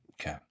Okay